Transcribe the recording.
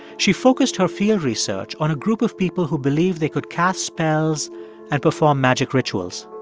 she focused her field research on a group of people who believed they could cast spells and perform magic rituals.